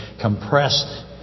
compressed